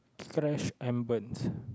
trash and burnt